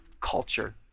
culture